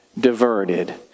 diverted